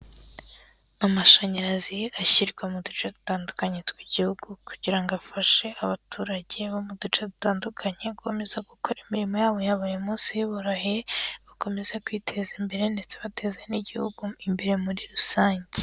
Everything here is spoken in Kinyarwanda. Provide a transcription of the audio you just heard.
Amashanyarazi ashyirwa mu duce dutandukanye tw'igihugu kugira ngo afashe abaturage bo mu duce dutandukanye, gukomeza gukora imirimo yabo ya buri munsi biboroheye bakomeza kwiteza imbere ndetse bateza n'igihugu imbere muri rusange.